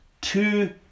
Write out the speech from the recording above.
two